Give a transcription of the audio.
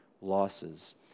losses